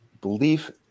belief